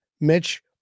Mitch